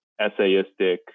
essayistic